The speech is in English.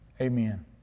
amen